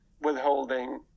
withholding